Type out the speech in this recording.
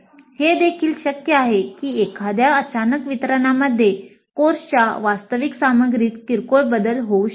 हे देखील शक्य आहे की एखाद्या अचानक वितरणामध्ये कोर्सच्या वास्तविक सामग्रीत किरकोळ बदल होऊ शकतात